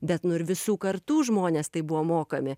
bet nu ir visų kartų žmonės taip buvo mokami